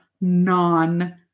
non